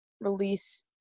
release